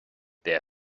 there